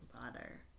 bother